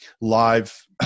live